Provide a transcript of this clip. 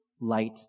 light